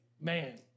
man